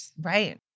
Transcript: Right